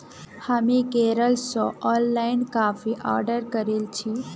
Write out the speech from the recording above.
हामी केरल स ऑनलाइन काफी ऑर्डर करील छि